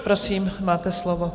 Prosím, máte slovo.